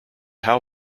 how